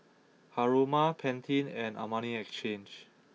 Haruma Pantene and Armani Exchange